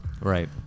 Right